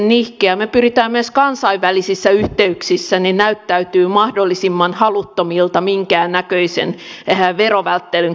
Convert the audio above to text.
me pyrimme myös kansainvälisissä yhteyksissä näyttäytymään mahdollisimman haluttomilta minkäännäköisen verovälttelyn kitkemiseen